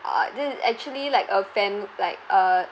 ugh this is actually like a fam~ like a